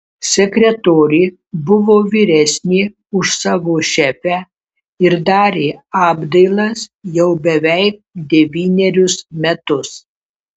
sekretorė buvo vyresnė už savo šefę ir darė apdailas jau beveik devynerius metus